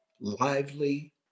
lively